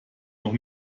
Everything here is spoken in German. noch